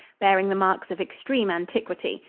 bearing the marks of extreme antiquity.